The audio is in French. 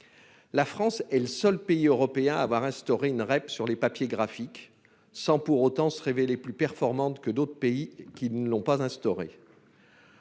La France est le seul pays européen à avoir instauré une REP sur les papiers graphiques, sans pour autant se révéler plus performante que d'autres pays qui ne l'ont pas instaurée.